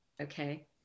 Okay